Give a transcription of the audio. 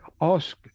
ask